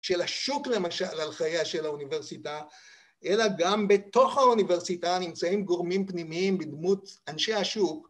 של השוק למשל על חייה של האוניברסיטה, אלא גם בתוך האוניברסיטה נמצאים גורמים פנימיים בדמות אנשי השוק.